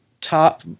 top